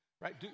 right